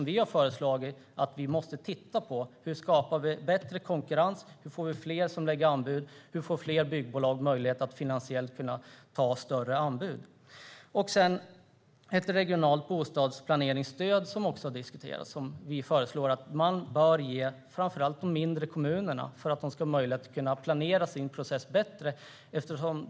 Vi har föreslagit att man måste se över hur man skapar en större konkurrens, hur man ska få fler som lämnar anbud och hur fler byggbolag ska få finansiell möjlighet att ta hem större anbud. Sedan föreslår vi ett regionalt bostadsplaneringsstöd. Man bör ge framför allt ge de mindre kommunerna stöd för att de ska kunna planera sin process bättre.